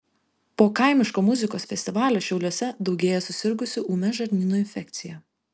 po kaimiško muzikos festivalio šiauliuose daugėja susirgusių ūmia žarnyno infekcija